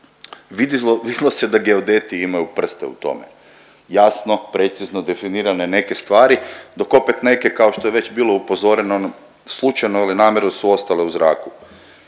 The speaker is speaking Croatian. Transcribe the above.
vidilo se da geodeti imaju prste u tome, jasno, precizno definirane neke stvari, dok opet neke kao što je već bilo upozoreno slučajno ili namjerno su ostale u zraku.